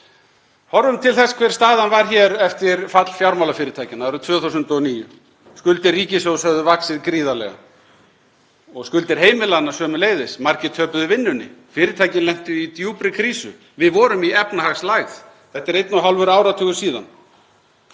Horfum til þess hver staðan var hér eftir fall fjármálafyrirtækjanna árið 2009. Skuldir ríkissjóðs höfðu vaxið gríðarlega og skuldir heimilanna sömuleiðis. Margir töpuðu vinnunni. Fyrirtæki lentu í djúpri krísu. Við vorum í efnahagslægð. Það er einn og hálfur áratugur síðan.